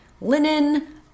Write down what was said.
linen